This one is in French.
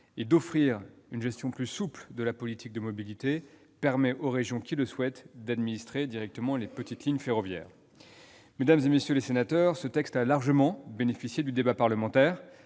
et à offrir une gestion plus souple de la politique de mobilité, il est poursuivi en permettant aux régions qui le souhaitent d'administrer directement les petites lignes ferroviaires. Mesdames, messieurs les sénateurs, ce texte a largement bénéficié du débat parlementaire.